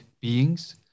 beings